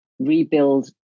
rebuild